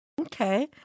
Okay